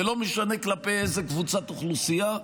ולא משנה כלפי איזו קבוצת אוכלוסייה,